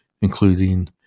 including